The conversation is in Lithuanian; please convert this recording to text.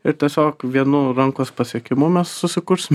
ir tiesiog vienu rankos pasiekimu mes susikursim